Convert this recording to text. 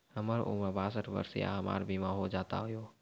हमर उम्र बासठ वर्ष या हमर बीमा हो जाता यो?